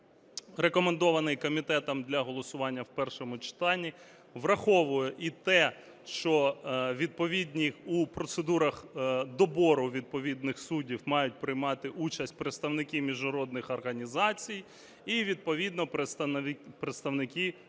рекомендований комітетом для голосування в першому читанні, враховує і те, що у процедурах добору відповідних суддів мають приймати участь представники міжнародних організацій і відповідно представники